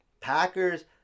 Packers